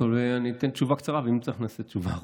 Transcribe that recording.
אני אתן תשובה קצרה, ואם צריך, נעשה תשובה ארוכה.